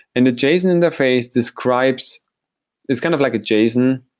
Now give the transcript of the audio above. and the json interface describes it's kind of like a json.